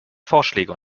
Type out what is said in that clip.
vorschläge